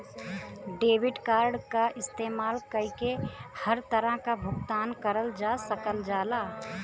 debit card क इस्तेमाल कइके हर तरह क भुगतान करल जा सकल जाला